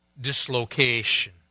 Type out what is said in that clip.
dislocation